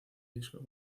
disco